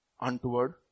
untoward